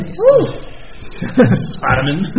Spider-Man